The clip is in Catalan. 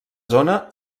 zona